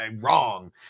wrong